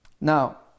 Now